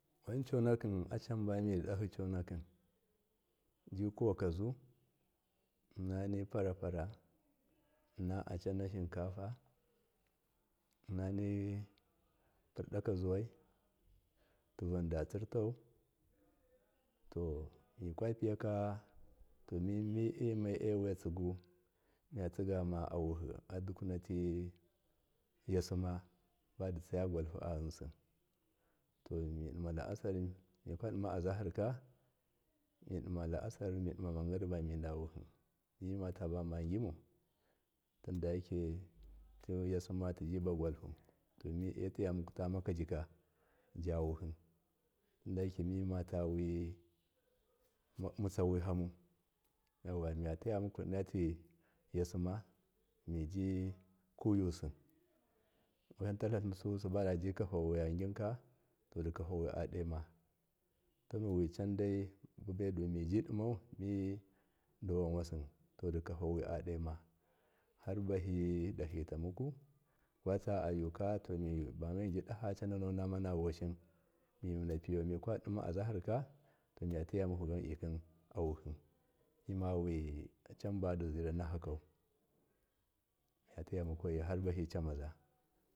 Wan conakim acamba mididahi conaki jikuwakazum innani parapara inna acina shinkafa innani pardaka suwai tuvanda tsirtau to mikapiyaka to mimewatsigu mivatsigana ahuhi adukunati yasma baditsaya gwalhu a yinsi midi laasar mika dimaazahar ka midima taasar midima mankariba midahuhi mimatabagimu tinyake tiyasmu tiji buwalhu tomi etiya mukutajika jahuhi tin yake mimatawi mutsawihamu yauwa miyatiya mukuimati yasma mijikuyusi wihanta tlatlinsu bodabi kafawi yaginka to dikafawe adoma to wi candai babai dumiji dimau mi dawanwasi to dika fuwi adoma harbaye dokitamuku kwatsaa yuka miba mibdaha canano namavoshin mumuna piyau mikwa azaharka to mi yati muku gandiki ahuhi mimawi acan badi ziranakaka mtiya mukayi harcamaza.